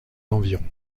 environs